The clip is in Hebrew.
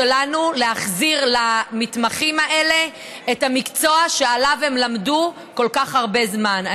להחזיר למתמחים האלה את המקצוע שאליו הם למדו כל כך הרבה זמן.